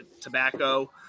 tobacco